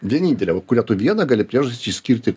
vienintelę va kurią tu vieną gali priežastį išskirti